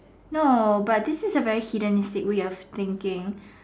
no but this is a very Hellenistic of thinking